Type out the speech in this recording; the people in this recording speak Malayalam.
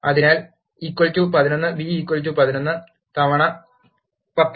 അതിനാൽ 11 b 11 തവണ 10 ഇത് 110 ആണ്